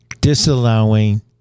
disallowing